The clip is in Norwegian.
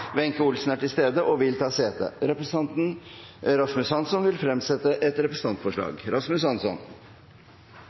Olsen er til stede og vil ta sete. Representanten Rasmus Hansson vil fremsette et representantforslag.